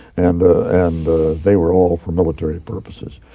and and they were all for military purposes.